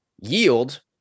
Yield